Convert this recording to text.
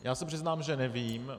Já se přiznám, že nevím.